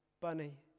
bunny